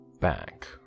Back